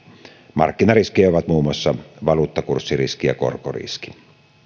markkinariskejä ovat muun muassa valuuttakurssiriski ja korkoriski